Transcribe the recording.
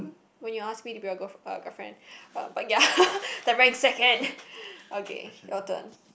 when you ask me to be your girlf~ uh girlfriend uh but ya that very second okay your turn